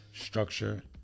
structure